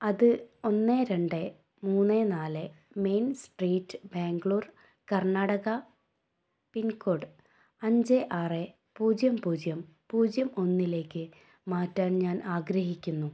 അത് ഒന്ന് രണ്ട് മൂന്ന് നാല് main street Bangalore Karnataka pin code അഞ്ച് ആറ് പൂജ്യം പൂജ്യം പൂജ്യം ഒന്നിലേക്ക് മാറ്റാൻ ഞാൻ ആഗ്രഹിക്കുന്നു